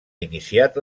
iniciat